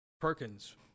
Perkins